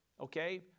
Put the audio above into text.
Okay